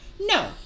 no